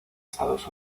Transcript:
estados